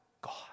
God